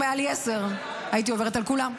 אם היו לי עשר דקות, הייתי עוברת על כולם.